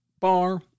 bar